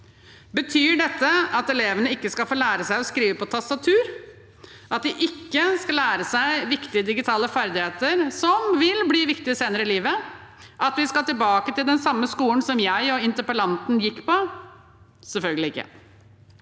Betyr dette at elevene ikke skal få lære seg å skrive på tastatur, at de ikke skal lære seg viktige digitale ferdigheter som vil bli viktig senere i livet, at vi skal tilbake til den samme skolen som jeg og interpellanten gikk på? Selvfølgelig ikke.